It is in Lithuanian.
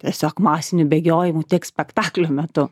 tiesiog masiniu bėgiojimu tiek spektaklio metu